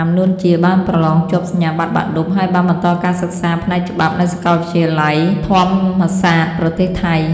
៥ នួន ជា បានប្រឡងជាប់សញ្ញាប័ត្របាក់ឌុប ហើយបានបន្តការសិក្សាផ្នែកច្បាប់ នៅសាកលវិទ្យាល័យធម្មសាត ប្រទេសថៃ។